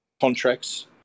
contracts